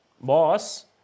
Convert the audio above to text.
Boss